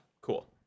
cool